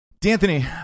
D'Anthony